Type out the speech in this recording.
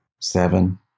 seven